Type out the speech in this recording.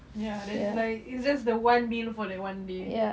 ya then like it's just the one meal for that one day